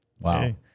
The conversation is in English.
Wow